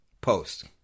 post